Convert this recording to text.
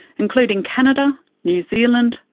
including canada, new zealand,